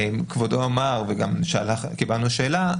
כבודו אמר וגם קיבלנו שאלה,